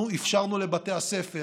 אנחנו אפשרנו לבתי הספר